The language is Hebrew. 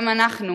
גם אנחנו,